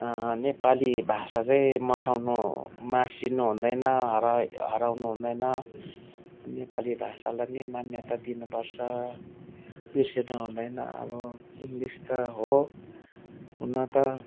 नेपाली भाषा चाहिँ मसाउनु मासिनु हुँदैन हर हराउनु हुँदैन नेपाली भाषालाई नै मान्यता दिनुपर्छ बिर्सिनु हुँदैन अब इङ्ग्लिस त हो हुन त